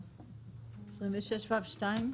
26ו2,